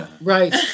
Right